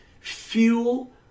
fuel